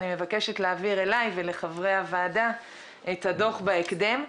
אני מבקשת להעביר אליי ולחברי הוועדה את הדוח בהקדם,